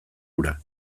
hura